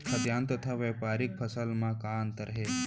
खाद्यान्न तथा व्यापारिक फसल मा का अंतर हे?